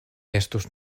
estus